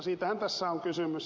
siitähän tässä on kysymys